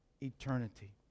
eternity